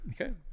Okay